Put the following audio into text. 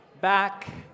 back